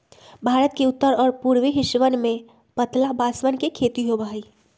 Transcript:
भारत के उत्तर और पूर्वी हिस्सवन में पतला बांसवन के खेती होबा हई